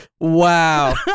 wow